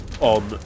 on